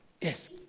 yes